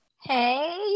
hey